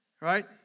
Right